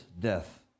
death